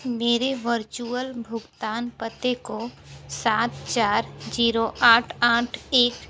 मेरे वर्चुअल भुगतान पते को सात चार जीरो आठ आठ एक